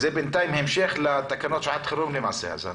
זה בינתיים המשך לתקנות שעת חירום למעשה.